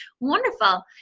wonderful.